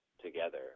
together